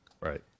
Right